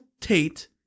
Tate